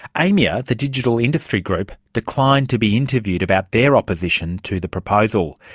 aimia, the digital industry group, declined to be interviewed about their opposition to the proposal.